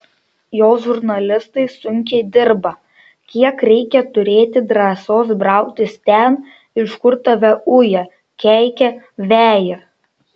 jos žurnalistai sunkiai dirba kiek reikia turėti drąsos brautis ten iš kur tave uja keikia veja